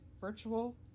virtual